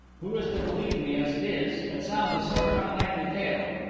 who is to believe me as it is it sounds a sort of unlikely tale.